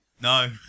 No